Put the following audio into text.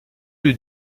lieu